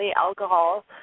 alcohol